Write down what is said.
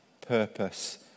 purpose